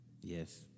Yes